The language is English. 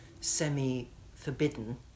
semi-forbidden